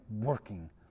working